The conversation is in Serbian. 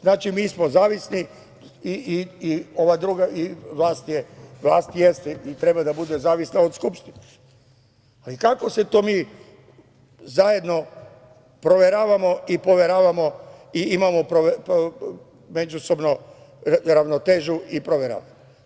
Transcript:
Znači, mi smo zavisni i ova druga i vlast jeste i treba da bude zavisna od Skupštine, ali kako se to mi zajedno proveravamo i poveravamo i imamo međusobnu ravnotežu i proveru?